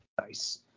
Nice